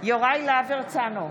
יוראי להב הרצנו,